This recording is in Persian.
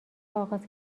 آغاز